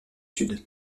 sud